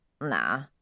Nah